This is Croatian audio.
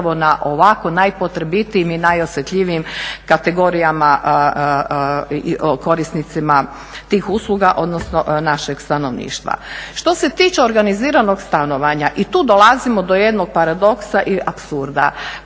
na ovako najpotrebitijim i najosjetljivijim kategorijama korisnicima tih usluga, odnosno našeg stanovništva. Što se tiče organiziranog stanovanja i tu dolazimo do jednog paradoksa i apsurda.